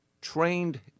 trained